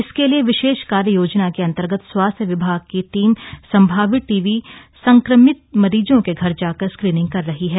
इसके लिए विशेष कार्य योजना के अंतर्गत स्वास्थ्य विभाग की टीम सम्भावित टीबी संक्रमित मरीजों के घर जाकर स्क्रीनिंग कर रही है